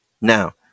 Now